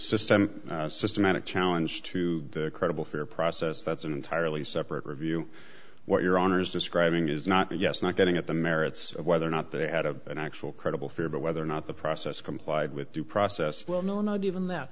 systemic systematic challenge to the credible fair process that's an entirely separate review what your honour's describing is not yes not getting at the merits of whether or not they have been actual credible fair but whether or not the process complied with due process will not given that